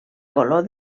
color